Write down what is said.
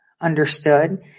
understood